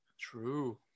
True